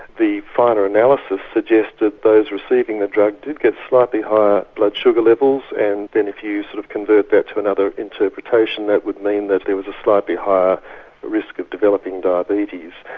the final analysis suggested those receiving the drug did get slightly higher blood sugar levels and then if you sort of convert that to another interpretation that would mean that there was a slightly higher risk of developing diabetes.